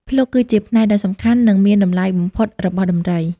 ភ្លុកគឺជាផ្នែកដ៏សំខាន់ និងមានតម្លៃបំផុតរបស់ដំរី។